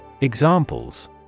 Examples